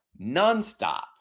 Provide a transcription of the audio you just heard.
nonstop